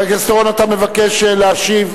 חבר הכנסת אורון, אתה מבקש להשיב.